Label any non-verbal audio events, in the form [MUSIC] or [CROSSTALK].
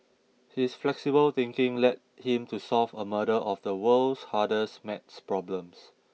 his flexible thinking led him to solve a [UNINTELLIGIBLE] of the world's hardest math problems